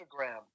Instagram